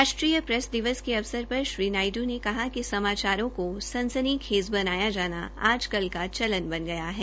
राष्ट्रीय प्रैस दिवस के अवसर पर श्री नायड् ने कहा कि समाचारों को सनसनीखेज बनाया जाना आज कल का चलन बन गया है